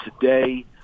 today